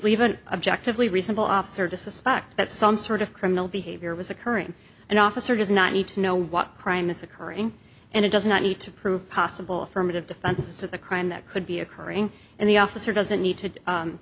were objectively reasonable officer to suspect that some sort of criminal behavior was occurring an officer does not need to know what crime is occurring and it does not need to prove possible from it of defense to the crime that could be occurring in the officer doesn't need to